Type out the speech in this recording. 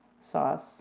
sauce